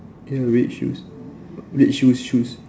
ya red shoes red shoes shoes